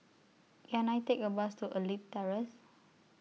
Can I Take A Bus to Elite Terrace